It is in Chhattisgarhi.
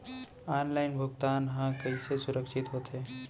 ऑनलाइन भुगतान हा कइसे सुरक्षित होथे?